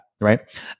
right